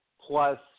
plus